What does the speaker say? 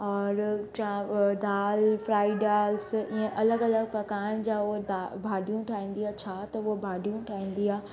और चां अ दालि फ्राए डाल्स ईअं अलॻि अलॻि प्रकारनि जा उहो डा भाॼियूं ठाहींदी आहे छा त हूअ भाॼियूं ठाहींदी आहे